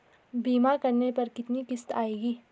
बीमा करने पर कितनी किश्त आएगी?